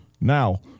now